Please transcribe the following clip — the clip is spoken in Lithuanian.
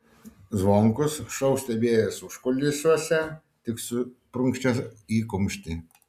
zvonkus šou stebėjęs užkulisiuose tik suprunkštė į kumštį